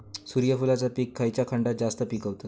सूर्यफूलाचा पीक खयच्या खंडात जास्त पिकवतत?